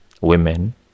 women